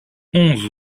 onze